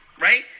right